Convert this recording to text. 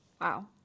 Wow